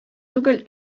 түгел